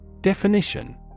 Definition